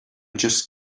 just